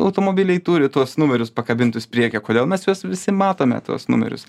automobiliai turi tuos numerius pakabintus prieky kodėl mes juos visi matome tuos numerius